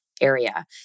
area